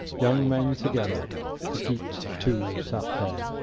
young men together the geat, too, sat there,